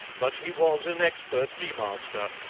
but he was an expert bee-master,